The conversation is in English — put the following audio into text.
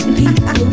people